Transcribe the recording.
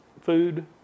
food